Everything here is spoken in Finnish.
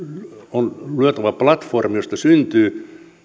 on luotava platformi josta syntyy